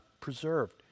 preserved